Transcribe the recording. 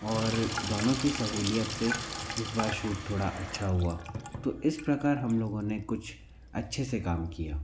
और दोनों की सहूलियत से इस बार शूट थोड़ा अच्छा हुआ तो इस प्रकार हम लोगों ने कुछ अच्छे से काम किया